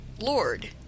LORD